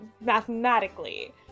mathematically